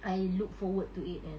I look forward to it and